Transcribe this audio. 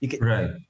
Right